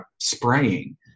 spraying